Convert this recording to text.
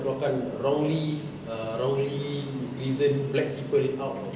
keluarkan wrongly ah wrongly reason black people out